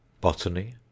botany